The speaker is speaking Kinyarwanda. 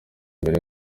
imbere